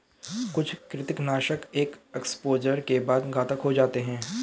कुछ कृंतकनाशक एक एक्सपोजर के बाद घातक हो जाते है